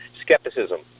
skepticism